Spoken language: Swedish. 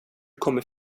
kommer